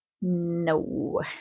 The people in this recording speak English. No